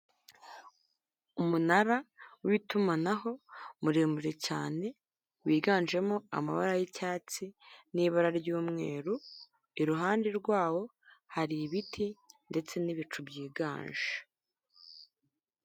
Umunara w'itumanaho muremure cyane, wiganjemo amabara y'icyatsi n'ibara ry'umweru, iruhande rwawo hari ibiti ndetse n'ibicu byiganje.